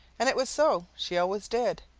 and it was so she always did.